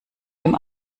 dem